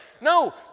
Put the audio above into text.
No